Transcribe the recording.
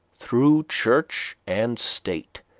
through church and state,